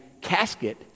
casket